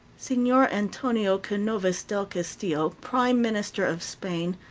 senor antonio canovas del castillo, prime minister of spain,